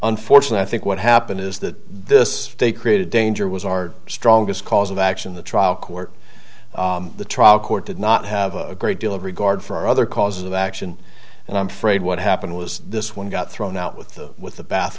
unfortunate think what happened is that this they created danger was our strongest cause of action the trial court the trial court did not have a great deal of regard for other causes of action and i'm afraid what happened was this one got thrown out with the with the bath